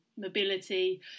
Mobility